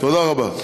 תודה רבה.